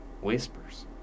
Whispers